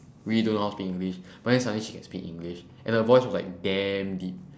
really don't know how to speak english but then suddenly she can speak english and her voice like damn deep